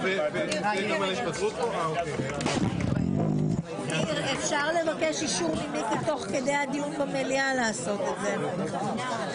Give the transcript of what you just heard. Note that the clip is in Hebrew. הישיבה ננעלה בשעה 23:11.